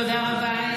תודה רבה.